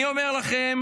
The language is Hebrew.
אני אומר לכם